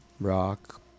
rock